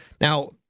Now